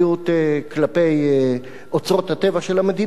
חברתית ואחריות כלפי אוצרות הטבע של המדינה,